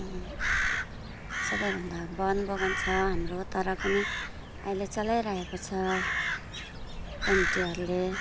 सबैभन्दा बन्द बगान छ हाम्रो तर पनि अहिले चलाइरहेको छ कमिटीहरूले